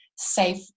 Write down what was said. safe